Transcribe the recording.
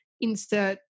insert